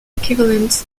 equivalent